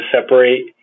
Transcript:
separate